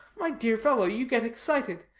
my dear fellow, you get excited.